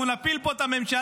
אנחנו נפיל פה את הממשלה.